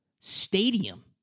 stadium